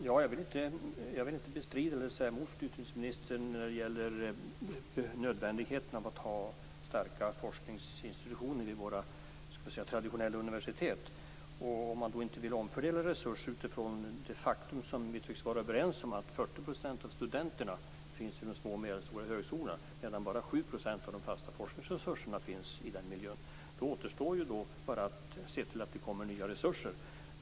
Fru talman! Jag vill inte säga emot utbildningsministern när det gäller nödvändigheten av att ha starka forskningsinstitutioner vid våra traditionella universitet. Om man inte vill omfördela resurser utifrån det faktum som vi tycks vara överens om, nämligen att 40 % av studenterna finns vid de små och medelstora högskolorna medan bara 7 % av de fasta forskningsresurserna finns i den miljön, återstår bara att se till att det kommer nya resurser.